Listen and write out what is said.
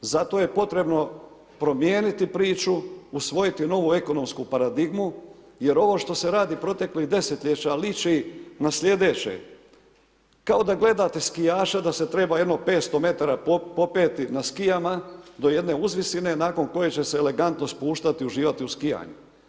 Zato je potrebno promijeniti priču, usvojiti novu ekonomsku paradigmu, jer ovo što se radi proteklih desetljeća, liči na sljedeće, kao da gledate skijaša, da se treba jedno 500 m popeti na skijama, do jedne uzvisine, nakon koje će se elegantno spuštati, uživati u skijanju.